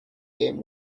game